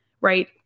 right